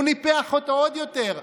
הוא ניפח אותו עוד יותר.